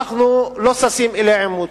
אנחנו לא ששים אלי עימות,